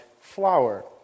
flower